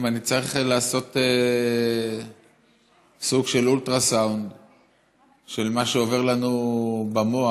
אם אני צריך לעשות סוג של אולטרסאונד של מה שעובר לנו במוח,